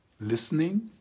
listening